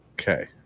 Okay